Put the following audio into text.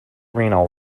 renal